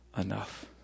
enough